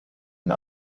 and